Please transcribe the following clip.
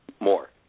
More